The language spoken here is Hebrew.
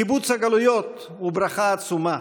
קיבוץ הגלויות הוא ברכה עצומה,